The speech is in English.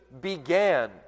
began